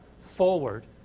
forward